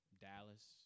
Dallas